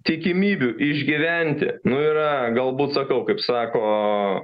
tikimybių išgyventi nu yra galbūt sakau kaip sako